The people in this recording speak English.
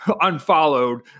unfollowed